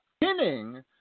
Pinning